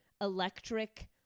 electric